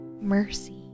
mercy